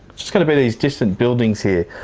just going to be these distant buildings here.